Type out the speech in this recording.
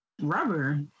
Rubber